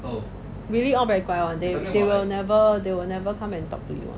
really all very 乖 [one] they they will never they will never come and talk to you